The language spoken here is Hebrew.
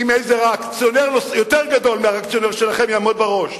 איזה ריאקציונר יותר גדול מהריאקציונר שלכם יעמוד בראש.